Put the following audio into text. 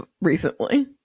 recently